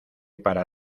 para